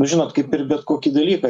nu žinot kaip ir bet kokį dalyką